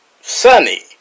Sunny